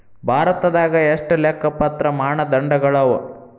ಭಾರತದಾಗ ಎಷ್ಟ ಲೆಕ್ಕಪತ್ರ ಮಾನದಂಡಗಳವ?